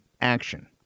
action